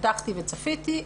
פתחתי וצפיתי.